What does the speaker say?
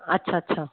अछा अछा